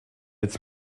its